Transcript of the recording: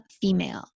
Female